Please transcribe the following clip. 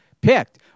picked